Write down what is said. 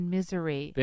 Misery